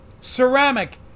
Ceramic